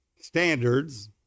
standards